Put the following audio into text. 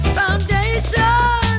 foundation